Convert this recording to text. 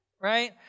Right